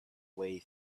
way